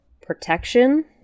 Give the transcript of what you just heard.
protection